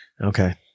Okay